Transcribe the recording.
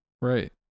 Right